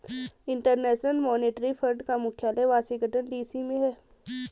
international monetary fund का मुख्यालय Washington DC में है